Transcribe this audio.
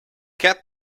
cap